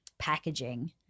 packaging